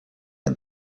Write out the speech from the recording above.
and